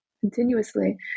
continuously